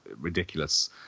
ridiculous